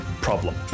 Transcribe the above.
problem